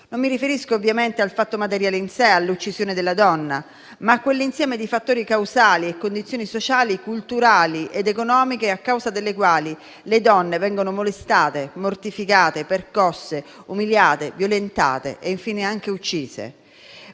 Non mi riferisco ovviamente al fatto materiale in sé, all'uccisione della donna, ma a quell'insieme di fattori causali e condizioni sociali, culturali ed economiche a causa delle quali le donne vengono molestate, mortificate, percosse, umiliate, violentate e infine anche uccise.